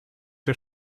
der